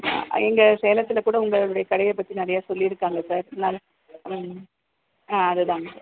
எங்கள் சேலத்தில் கூட உங்களுடைய கடையைப் பற்றி நிறையா சொல்லியிருக்காங்க சார் நான் ம் ஆ அதுதாங்க சார்